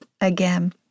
again